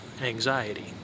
anxiety